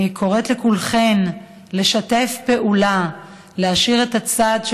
אני קוראת לכולכן לשתף פעולה ולהשאיר את הצד של